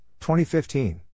2015